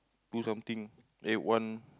do something eight one